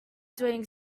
doing